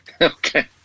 Okay